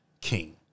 king